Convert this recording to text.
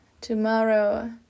tomorrow